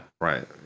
Right